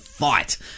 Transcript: fight